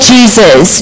Jesus